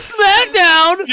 Smackdown